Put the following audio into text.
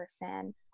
person